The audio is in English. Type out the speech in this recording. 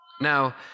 Now